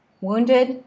wounded